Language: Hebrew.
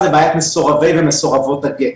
היא בעיית מסורבי ומסורבות הגט,